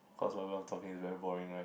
cause whatever I'm talking is very boring right